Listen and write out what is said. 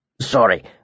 Sorry